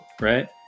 right